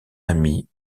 ami